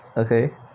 okay